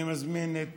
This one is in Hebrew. אני מזמין את